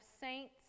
saints